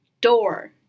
door